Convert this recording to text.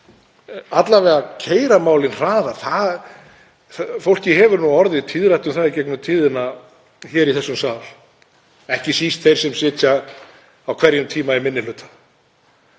alla vega keyra málin hraðar. Fólki hefur orðið tíðrætt um það í gegnum tíðina í þessum sal, ekki síst þeim sem sitja á hverjum tíma í minni hluta,